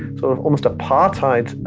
sort of almost apartheid,